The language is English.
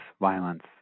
violence